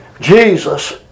Jesus